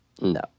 No